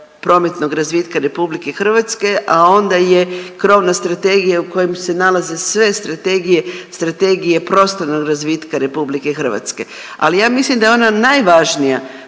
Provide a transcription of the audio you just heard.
prometnog razvitka RH, a onda je krovna strategija u kojem se nalaze sve strategije - Strategije prostornog razvitka RH. Ali ja mislim da je ona najvažnija